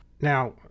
Now